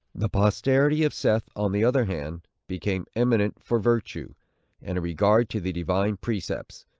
the posterity of seth, on the other hand, became eminent for virtue and a regard to the divine precepts.